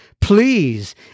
please